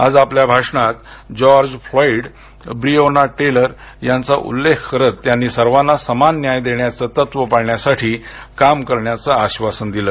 आज आपल्या भाषणात जॉर्ज फ्लोईड ब्रीओना टेलर यांचा उल्लेख करत त्यांनी सर्वांना समान न्याय देण्याचं तत्त्व पाळण्यासाठी काम करण्याचं आश्वासन दिलं